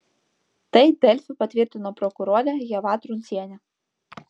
tai delfi patvirtino prokurorė ieva truncienė